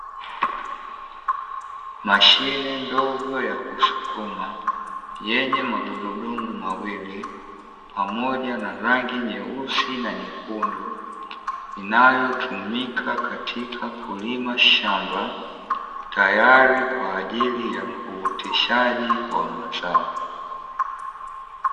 Mashine mdogo ya kusukuma yenye magurudumu mawili pamoja na rangi nyeusi na nyekundu, inayo tumika katika kulima shamba, tayari kwa ajili ya uoteshaji wa mazao.